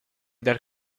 dal